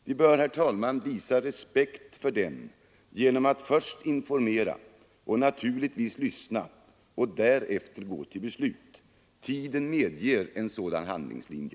Vi bör visa respekt för den genom att först informera — och naturligtvis lyssna! — och därefter gå till beslut. Tiden medger en sådan handlingslinje.